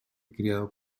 criado